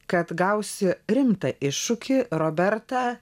kad gausi rimtą iššūkį robertą